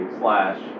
slash